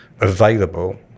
available